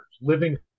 Living